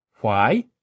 Why